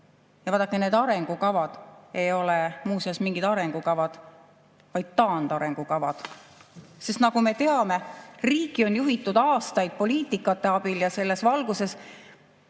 Vaadake, need arengukavad ei ole muuseas mingid arengukavad, vaid taandarengukavad, sest, nagu me teame, riiki on juhitud aastaid [sellise] poliitika abil ja selles valguses,